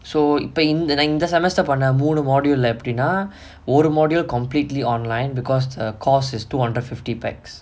so இப்ப இந்த இந்த:ippa intha intha semester பண்ண மூணு:panna moonu module leh எப்டினா ஒரு:epdinaa oru module completely online because the course is two hundred and fifty pax